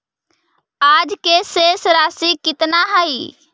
आज के शेष राशि केतना हई?